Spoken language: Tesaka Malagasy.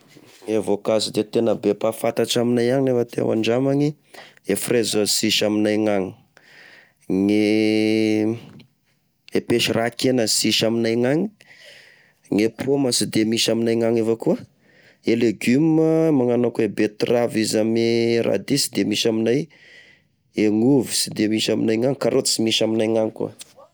E voankazo sy de be mpahafantatra aminay agny nefa te ho andramany, e frezy zao sisy aminay agny, gne ,e peso ra-kena sisy aminay agny, gne pôma sy de misy aminay agny vakoa, e legioma manakone beterave izy ame radis sy de misy amignay ,e gn'ovy sy de misy amignainy, karaoty sy misy aminay gn'agny koa.